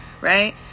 right